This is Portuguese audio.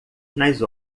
nas